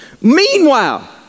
Meanwhile